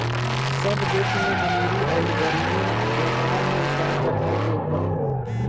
सब देश में अमीरी अउर गरीबी, व्यापार मे उतार चढ़ाव के ऊपर होला